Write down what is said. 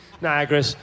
niagara